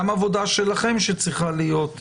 וגם עבודה שלכם שצריכה להיעשות,